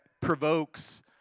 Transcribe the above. provokes